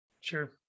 sure